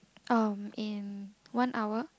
uh in one hour